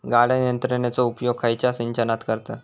गाळण यंत्रनेचो उपयोग खयच्या सिंचनात करतत?